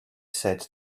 said